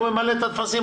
הוא ממלא את הטפסים,